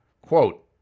Quote